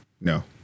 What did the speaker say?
no